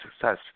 success